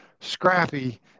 Scrappy